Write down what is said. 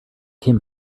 came